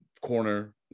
corner